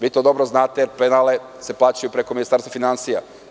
Vi to dobro znate, jer se penali plaćaju preko Ministarstva finansija.